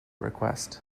request